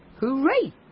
hooray